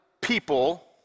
people